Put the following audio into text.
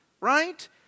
Right